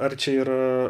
ar čia yra